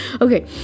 okay